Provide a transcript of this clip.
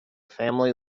family